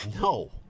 No